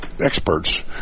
experts